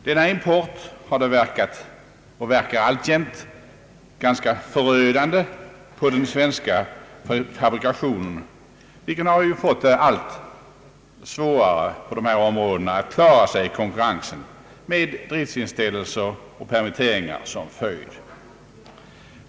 Denna import har verkat och verkar alltjämt ganska förödande på den svenska fabrikationen, vilken fått allt svårare på dessa områden att klara sig i konkurrensen — med = driftsinställelser och permitteringar som följd.